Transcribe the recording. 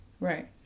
Right